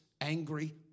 angry